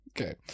Okay